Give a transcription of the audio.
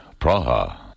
Praha